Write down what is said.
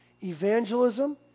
evangelism